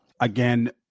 Again